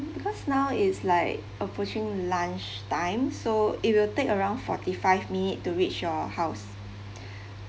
because now it's like approaching lunch time so it will take around forty five minute to reach your house